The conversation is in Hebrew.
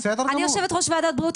אני יושבת ראש ועדת הבריאות,